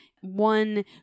one